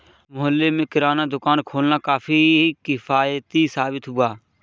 मोहल्ले में किराना दुकान खोलना काफी किफ़ायती साबित हुआ